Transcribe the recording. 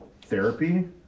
Therapy